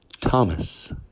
Thomas